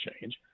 change